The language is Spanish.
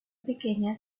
pequeña